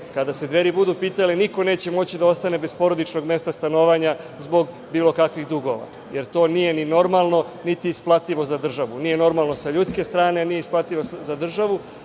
Kada se Dveri budu pitale, niko neće moći da ostane bez porodičnog mesta stanovanja zbog bilo kakvih dugova. To nije ni normalno, niti isplativo za državu. Nije normalno sa ljudske strane, nije isplativo za državu,